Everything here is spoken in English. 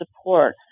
support